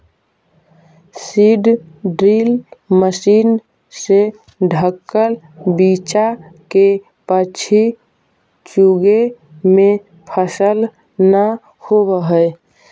seed drill machine से ढँकल बीचा के पक्षी चुगे में सफल न होवऽ हई